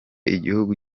igihugu